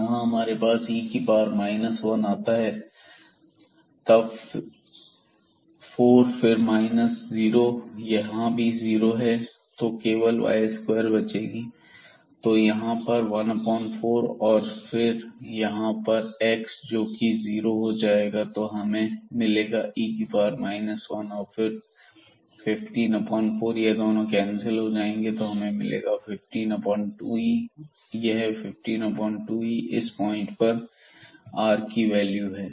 यहां हमारे पास e 1 आता है तब 4 फिर माइनस यह जीरो यहां भी जीरो है तो केवल y2 बचेगी तो यहां पर 14 और फिर यहां पर x जो कि जीरो हो जाएगा तो हमें मिलेगा e 1 और फिर 154 यह दोनों कैंसिल हो जाएंगे तो हमें मिलेगा 152e यह 152e इस पॉइंट पर r की वैल्यू है